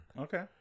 Okay